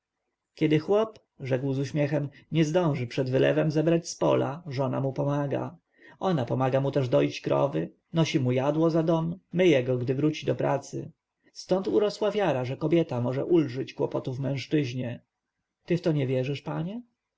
kiedy chłop rzekł z uśmiechem nie zdąży przed wylewem zebrać z pola żona mu pomaga ona pomaga mu też doić krowy nosi mu jadło za dom myje go gdy wróci od pracy stąd urosła wiara że kobieta może ulżyć kłopotów mężczyźnie ty w to nie wierzysz panie